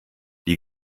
die